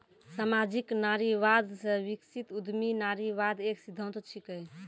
सामाजिक नारीवाद से विकसित उद्यमी नारीवाद एक सिद्धांत छिकै